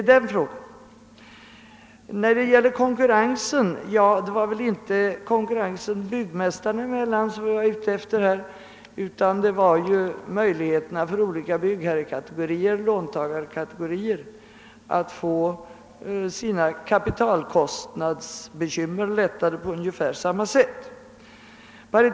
Så har vi konkurrensen. Det var inte konkurrensen byggmästarna emellan vi var ute efter, utan det var möjligheterna för olika kategorier byggherrar och låntagare att få sina kapitalkostnadsbekymmer lättade på ungefär samma sätt.